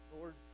Lord